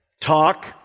talk